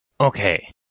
Okay